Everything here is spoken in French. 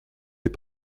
les